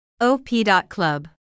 op.club